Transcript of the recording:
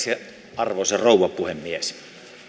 arvoisa rouva puhemies